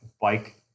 bike